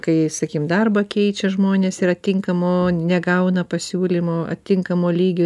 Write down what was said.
kai sakykim darbą keičia žmonės yra tinkamo negauna pasiūlymo atitinkamo lygio